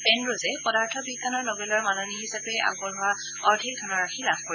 পেনৰজে পদাৰ্থ বিজ্ঞানৰ নবেলৰ মাননি হিচাপে আগবঢ়োৱা অৰ্ধেক ধনৰাশি লাভ কৰিব